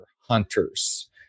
hunters